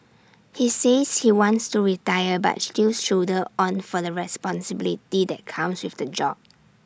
he says he wants to retire but stills shoulder on for the responsibility that comes with the job